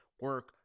Work